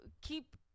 keep